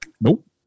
Nope